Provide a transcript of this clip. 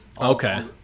Okay